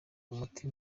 umuti